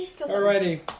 Alrighty